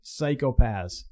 psychopaths